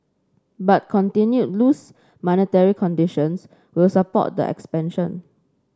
but continued loose monetary conditions will support the expansion